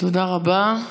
תודה רבה.